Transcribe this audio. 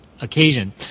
occasion